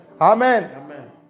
Amen